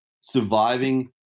surviving